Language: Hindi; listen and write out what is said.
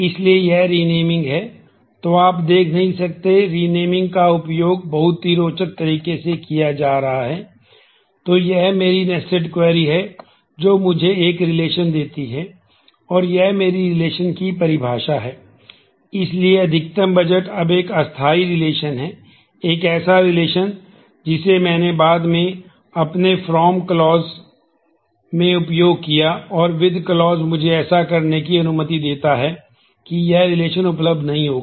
इसलिए यह रिनेमिंग उपलब्ध नहीं होगा